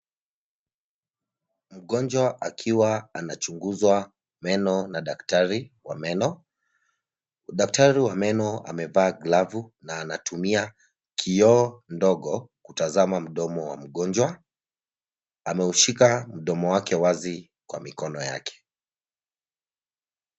Mgonjwa akiwa anachunguzwa meno na daktari wa meno. Daktari wa meno amevaa glavu na anatumia kioo ndogo kutazama mdomo wa mgonjwa, ameushika mdomo wake wazi kwa mikono yake.